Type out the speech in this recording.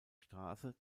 straße